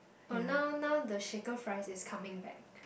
oh now now the shaker fries is coming back